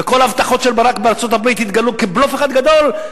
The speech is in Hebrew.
וכל ההבטחות של ברק בארצות-הברית התגלו כבלוף אחד גדול.